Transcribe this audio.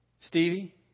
Stevie